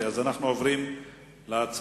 אז אנחנו עוברים להצבעה.